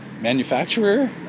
Manufacturer